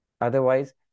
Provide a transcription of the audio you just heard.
Otherwise